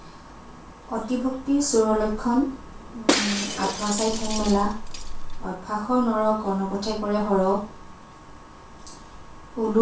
অতি ভক্তি চোৰৰ লক্ষণ আঠুৱা চাই ঠেং মেলা অভ্যাসৰ নৰ কৰ্ণ পথে কৰে শৰ